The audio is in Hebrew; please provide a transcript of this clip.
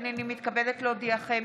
הינני מתכבדת להודיעכם,